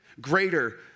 greater